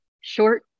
short